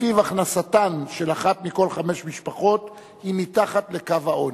שלפיו הכנסתן של אחת מכל חמש משפחות היא מתחת לקו העוני.